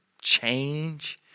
change